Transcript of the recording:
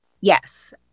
Yes